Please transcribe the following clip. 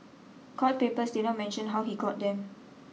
court papers did not mention how he got them